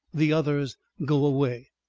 the others go away.